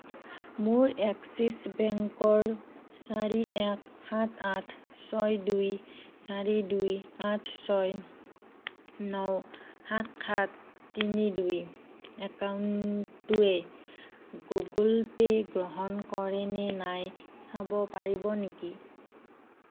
মোৰ এক্সিছ বেংকৰ চাৰি এক সাত আঠ ছয় দুই চাৰি দুই আঠ ছয় ন সাত সাত তিনি দুই একাউণ্টটোৱে গুগল পে' গ্ৰহণ কৰে নে নাই চাব পাৰিব নেকি